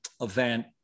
event